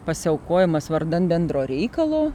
pasiaukojimas vardan bendro reikalo